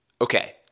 Okay